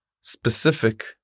specific